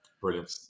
Brilliant